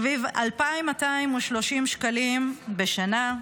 סביב 2,230 שקלים בשנה,